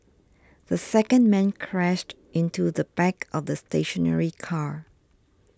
the second man crashed into the back of the stationary car